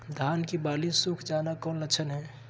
धान की बाली सुख जाना कौन लक्षण हैं?